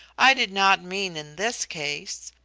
i did not mean in this case.